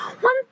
One